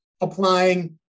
applying